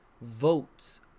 votes